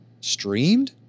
streamed